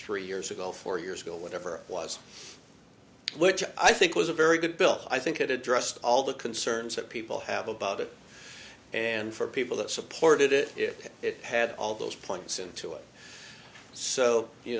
three years ago four years ago whatever was which i think was a very good bill i think it addressed all the concerns that people have about it and for people that supported it if it had all of those points into it so you